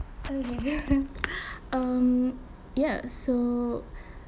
um ya so